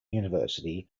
university